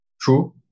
True